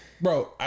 Bro